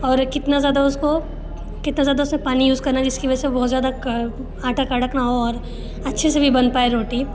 और कितना ज़्यादा उसको कितना ज़्यादा उस में पानी यूज़ करना जिसकी वजह से बहुत ज़्यादा आटा कड़क ना हो और अच्छे से भी बन पाए रोटी